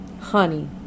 honey